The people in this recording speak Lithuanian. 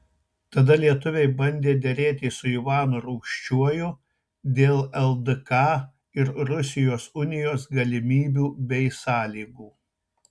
tada lietuviai bandė derėtis su ivanu rūsčiuoju dėl ldk ir rusijos unijos galimybių bei sąlygų